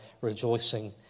rejoicing